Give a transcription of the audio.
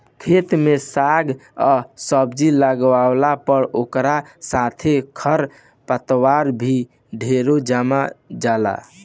खेत में साग आ सब्जी लागावला पर ओकरा साथे खर पतवार भी ढेरे जाम जाला